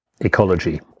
ecology